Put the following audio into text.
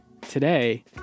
Today